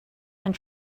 and